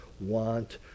want